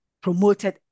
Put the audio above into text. promoted